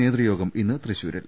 നേതൃയോഗം ഇന്ന് തൃശൂരിൽ